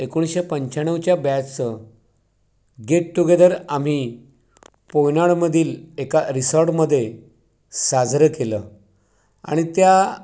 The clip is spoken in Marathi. एकोणीसशे पंच्याण्णवच्या बॅचचं गेट टू गेदर आम्ही पोयनाडमधील एका रिसॉर्टमध्ये साजरं केलं आणि त्या